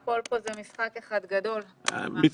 הכול פה זה משחק אחד גדול, זו התקלה.